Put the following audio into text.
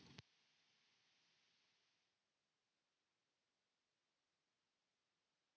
Kiitos,